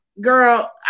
Girl